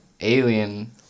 Alien